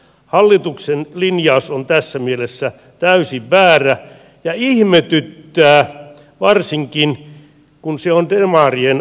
hallituksen linjaus on tässä mielessä täysin väärä ja ihmetyttää varsinkin kun se on demarien ajama